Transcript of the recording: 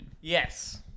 Yes